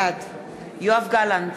בעד יואב גלנט,